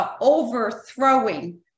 Overthrowing